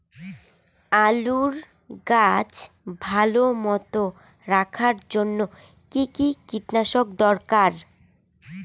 আলুর গাছ ভালো মতো রাখার জন্য কী কী কীটনাশক দরকার?